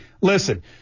listen –